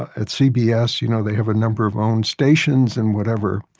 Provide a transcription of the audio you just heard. at cbs, you know they have a number of own stations and whatever.